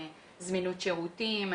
זמינות שירותים,